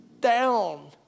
down